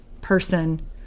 person